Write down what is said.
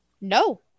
No